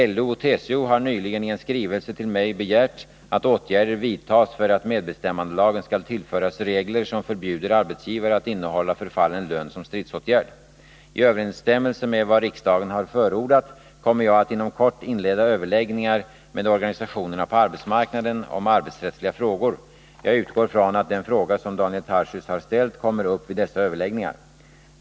LO och TCO har helt nyligen i en skrivelse till mig begärt att åtgärder 173 vidtas för att medbestämmandelagen skall tillföras regler som förbjuder arbetsgivare att innehålla förfallen lön som stridsåtgärd. I överensstämmelse med vad riksdagen har förordat kommer jag att inom kort inleda överläggningar med organisationerna på arbetsmarknaden om arbetsrättsliga frågor. Jag utgår från att den fråga som Daniel Tarschys har ställt kommer upp vid dessa överläggningar.